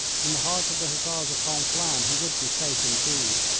in the heart of the hussars of conflans he would be safe indeed.